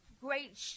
great